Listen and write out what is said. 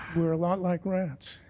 we're a lot like rats.